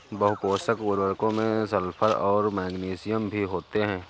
बहुपोषक उर्वरकों में सल्फर और मैग्नीशियम भी होते हैं